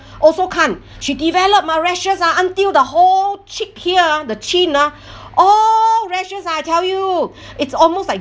also can't she develop ah rashes ah until the whole cheek here ah the chin ah all rashes ah I tell you it's almost like